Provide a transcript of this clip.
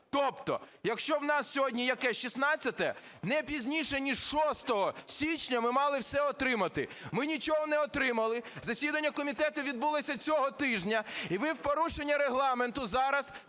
Тобто якщо в нас сьогодні - яке? - шістнадцяте, не пізніше, ніж 6-го січня, ми мали все отримати. Ми нічого не отримали, засідання комітету відбулося цього тижня, і ви в порушення Регламенту зараз